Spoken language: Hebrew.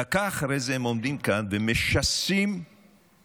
דקה אחרי זה הם עומדים כאן ומשסים בנו